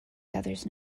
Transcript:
gathers